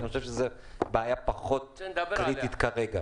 שזאת בעיה פחות קריטית כרגע.